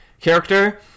character